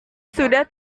sudah